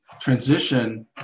transition